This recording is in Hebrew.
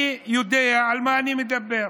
אני יודע על מה אני מדבר.